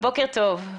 בוקר טוב,